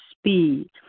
speed